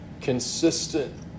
consistent